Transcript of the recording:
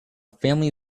family